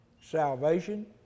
salvation